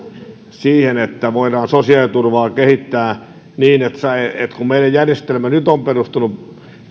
niin että voidaan sosiaaliturvaa kehittää meidän järjestelmämme nyt on perustunut